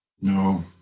No